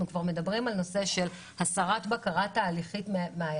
הבקרה התהליכית,